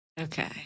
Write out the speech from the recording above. Okay